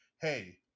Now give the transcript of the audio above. Hey